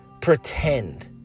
pretend